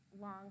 long